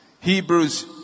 Hebrews